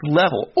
level